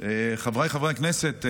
חבריי חברי הכנסת,